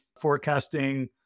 forecasting-